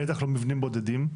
בטח לא מבנים בודדים.